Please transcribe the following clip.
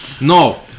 No